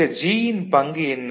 இந்த G ன் பங்கு என்ன